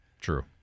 True